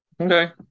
Okay